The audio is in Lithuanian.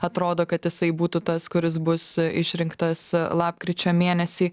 atrodo kad jisai būtų tas kuris bus išrinktas lapkričio mėnesį